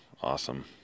awesome